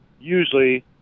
usually